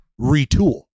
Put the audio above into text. retool